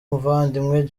muvandimwe